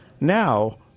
Now